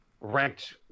ranked